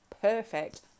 perfect